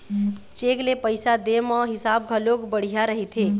cheque ले पइसा दे म हिसाब घलोक बड़िहा रहिथे